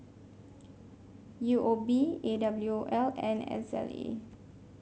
U O B A W O L and S L A